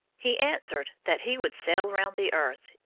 he answered that he would sail round the earth,